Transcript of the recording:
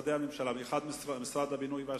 ומשרדי הממשלה, במיוחד משרד הבינוי והשיכון,